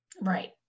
Right